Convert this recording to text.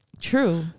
true